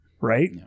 right